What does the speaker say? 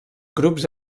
grups